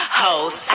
hoes